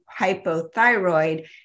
hypothyroid